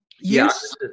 Yes